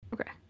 okay